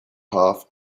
path